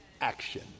action